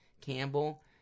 Campbell